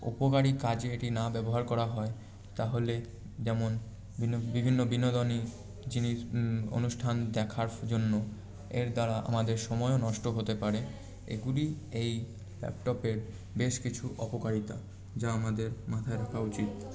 উপকারি কাজে এটি না ব্যবহার করা হয় তাহলে যেমন বিভিন্ন বিনোদনই জিনিস অনুষ্ঠান দেখার জন্য এর দ্বারা আমাদের সময়ও নষ্ট হতে পারে এগুলি এই ল্যাপটপের বেশ কিছু অপকারিতা যা আমাদের মাথায় রাখা উচিত